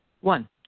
One